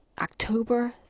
October